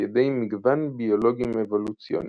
על ידי מגוון ביולוגים אבולוציוניים,